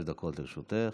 חמש דקות לרשותך,